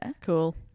Cool